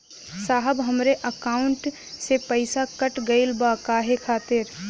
साहब हमरे एकाउंट से पैसाकट गईल बा काहे खातिर?